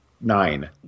nine